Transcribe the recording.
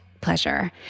pleasure